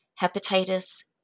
hepatitis